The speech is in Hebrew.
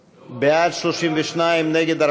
בעד, 32, נגד,